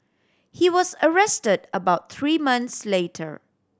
he was arrested about three months later